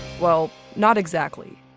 well, not exactly.